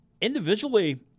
individually